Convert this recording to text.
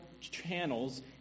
channels